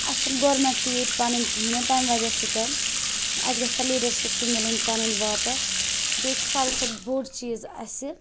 اَسہِ چھِنہٕ گورمٮ۪نٛٹ تہِ ییٚتہِ پَنٕنۍ کِہیٖنٮ۪ن تَمہِ وَجہ سۭتۍ اَسہِ گژھِ ہا لیٖڈَر شِپ تہِ مِلٕنۍ پَنٕنۍ واپَس بیٚیہِ چھِ ساروی کھۄتہٕ بوٚڈ چیٖز اَسہِ